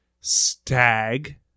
Stag